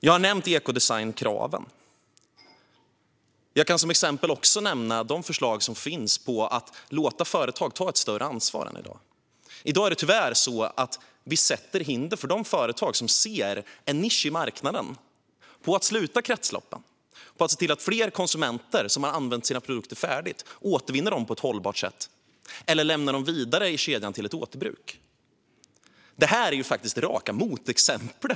Jag har nämnt ekodesignkraven. Jag kan som exempel också nämna de förslag som finns på att låta företag ta ett större ansvar än i dag. I dag är det tyvärr så att vi sätter hinder för de företag som ser en nisch i marknaden i att sluta kretsloppen, i att se till att fler konsumenter som har använt sina produkter färdigt återvinner dem på ett hållbart sätt eller lämnar dem vidare i kedjan till ett återbruk. Det är ju faktiskt raka motexemplet.